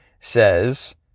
says